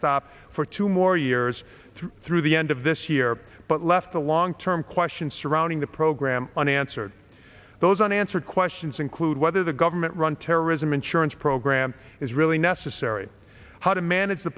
backstop for two more years through through the end of this year but left the long term questions surrounding the program unanswered those unanswered questions include whether the government run terrorism insurance program is really necessary how to manage the